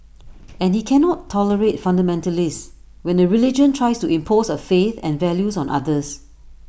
and he cannot tolerate fundamentalists when A religion tries to impose A faith and values on others